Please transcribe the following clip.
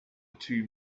two